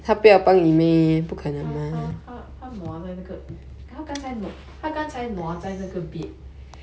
!aiya! 她她她她 nua 在那个